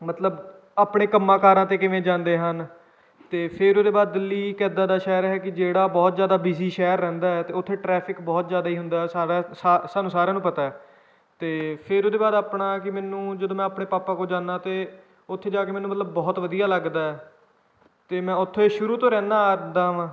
ਮਤਲਬ ਆਪਣੇ ਕੰਮਾਂ ਕਾਰਾਂ 'ਤੇ ਕਿਵੇਂ ਜਾਂਦੇ ਹਨ ਅਤੇ ਫਿਰ ਉਹਦੇ ਬਾਅਦ ਦਿੱਲੀ ਇੱਕ ਇੱਦਾਂ ਦਾ ਸ਼ਹਿਰ ਹੈ ਕਿ ਜਿਹੜਾ ਬਹੁਤ ਜ਼ਿਆਦਾ ਬੀਜੀ ਸ਼ਹਿਰ ਰਹਿੰਦਾ ਅਤੇ ਉੱਥੇ ਟਰੈਫਿਕ ਬਹੁਤ ਜ਼ਿਆਦਾ ਹੀ ਹੁੰਦਾ ਸਾਰਾ ਸਾ ਸਾਨੂੰ ਸਾਰਿਆਂ ਨੂੰ ਪਤਾ ਅਤੇ ਫਿਰ ਉਹਦੇ ਬਾਅਦ ਆਪਣਾ ਕਿ ਮੈਨੂੰ ਜਦੋਂ ਮੈਂ ਆਪਣੇ ਪਾਪਾ ਕੋਲ ਜਾਂਦਾ ਤਾਂ ਉੱਥੇ ਜਾ ਕੇ ਮੈਨੂੰ ਮਤਲਬ ਬਹੁਤ ਵਧੀਆ ਲੱਗਦਾ ਅਤੇ ਮੈਂ ਉੱਥੇ ਸ਼ੁਰੂ ਤੋਂ ਰਹਿੰਦਾ ਆ ਦਾ ਹਾਂ